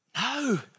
No